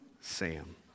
Sam